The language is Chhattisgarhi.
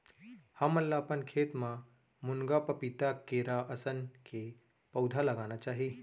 हमन ल अपन खेत म मुनगा, पपीता, केरा असन के पउधा लगाना चाही